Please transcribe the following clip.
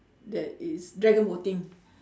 that is dragon boating